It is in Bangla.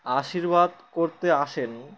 আশীর্বাদ করতে আসেন